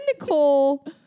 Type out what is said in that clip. Nicole